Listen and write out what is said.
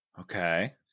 Okay